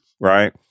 right